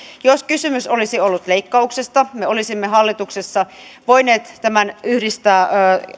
jos kysymys olisi ollut leikkauksesta me olisimme hallituksessa voineet tämän yhdistää